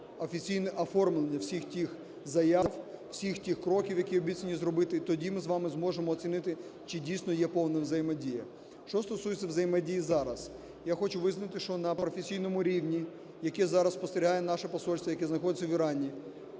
офіційне оформлення всіх тих заяв, всіх тих кроків, які обіцяні зробити, тоді ми з вами зможемо оцінити, чи дійсно є повна взаємодія. Що стосується взаємодії зараз. Я хочу визнати, що на професійному рівні, яке зараз спостерігає наше посольство, яке знаходиться в Ірані,